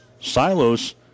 Silos